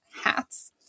hats